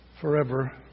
forever